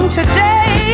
today